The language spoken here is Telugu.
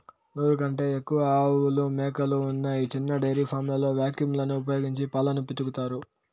నూరు కంటే ఎక్కువ ఆవులు, మేకలు ఉన్న చిన్న డెయిరీ ఫామ్లలో వాక్యూమ్ లను ఉపయోగించి పాలను పితుకుతారు